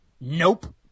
Nope